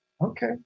Okay